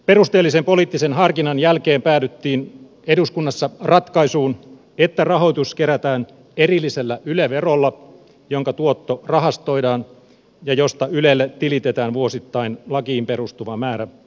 perusteellisen poliittisen harkinnan jälkeen päädyttiin eduskunnassa ratkaisuun että rahoitus kerätään erillisellä yle verolla jonka tuotto rahastoidaan ja josta ylelle tilitetään vuosittain lakiin perustuva määrä